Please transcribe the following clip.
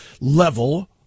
level